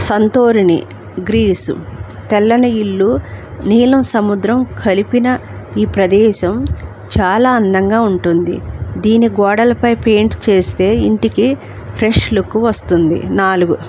Santorini Greece తెల్లని ఇళ్ళు నీలం సముద్రం కలిపిన ఈ ప్రదేశం చాలా అందంగా ఉంటుంది దీన్నీ గోడలపై పెయింట్ చేస్తే ఇంటికి ఫ్రెష్ లుక్ వస్తుంది నాలుగు